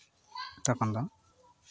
ᱛᱚᱠᱷᱚᱱ ᱫᱚ